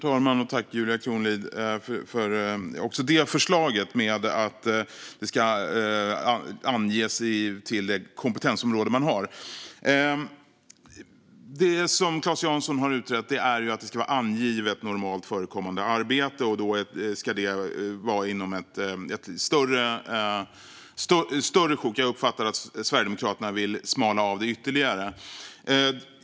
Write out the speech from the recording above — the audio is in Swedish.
Herr talman! Tack, Julia Kronlid, också för detta förslag om att prövningen ska anges inom det kompetensområde man har! Det som Claes Jansson har utrett är att det ska vara angivet normalt förekommande arbete och att det ska vara inom ett större sjok. Jag uppfattar att Sverigedemokraterna vill smalna av det ytterligare.